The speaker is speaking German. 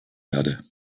erde